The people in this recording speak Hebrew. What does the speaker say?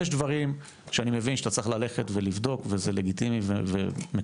יש דברים שאני מבין שאתה צריך ללכת ולבדוק וזה לגיטימי ומקובל.